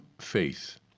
faith